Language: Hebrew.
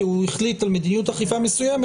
כי הוא החליט על מדיניות אכיפה מסוימת,